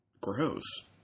Gross